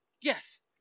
Yes